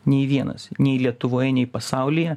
nei vienas nei lietuvoje nei pasaulyje